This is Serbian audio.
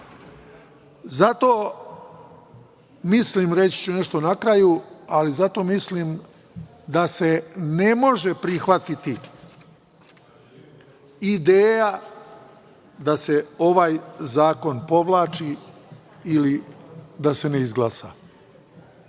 mislim, reći ću nešto na kraju, ali zato mislim da se ne može prihvatiti ideja da se ovaj zakon povlači ili da se ne izglasa.